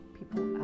people